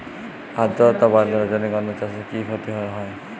আদ্রর্তা বাড়লে রজনীগন্ধা চাষে কি ক্ষতি হয়?